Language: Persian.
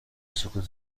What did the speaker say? سکوت